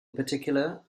particular